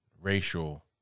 racial